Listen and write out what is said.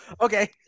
Okay